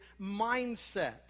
mindset